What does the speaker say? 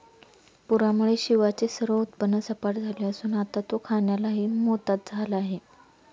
पूरामुळे शिवाचे सर्व उत्पन्न सपाट झाले असून आता तो खाण्यालाही मोताद झाला आहे